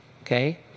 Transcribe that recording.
okay